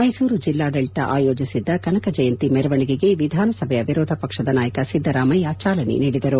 ಮೈಸೂರು ಜೆಲ್ಲಾಡಳಿತ ಆಯೋಜಿಸಿದ್ದ ಕನಕ ಜಯಂತಿ ಮೆರವಣಿಗೆಗೆ ವಿಧಾನಸಭೆಯ ವಿರೋಧ ಪಕ್ಷದ ನಾಯಕ ಸಿದ್ದರಾಮಯ್ಯ ಚಾಲನೆ ನೀಡಿದರು